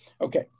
Okay